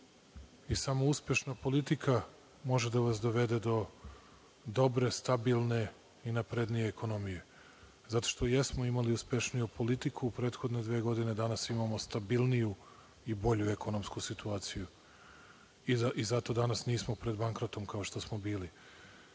Samo uspešna politika može da vas dovede do dobre, stabilne i naprednije ekonomije. Zato što jesmo imali uspešniju politiku u prethodne dve godine, a danas imamo stabilniju i bolju ekonomsku situaciju. Zato danas nismo pred bankrotom kao što smo bili. Vi